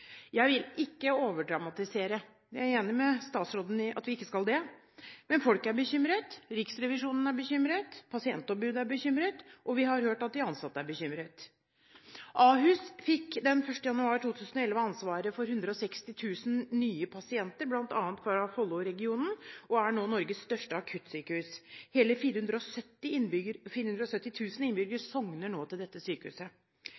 Jeg vil ikke overdramatisere. Jeg er enig med statsråden i at vi ikke skal det. Men folk er bekymret, Riksrevisjonen er bekymret, pasientombudet er bekymret, og vi har hørt at de ansatte er bekymret. Ahus fikk den 1. januar 2011 ansvaret for 160 000 nye pasienter, bl.a. fra Follo-regionen, og er nå Norges største akuttsykehus. Hele 470 000 innbyggere sogner nå til dette sykehuset.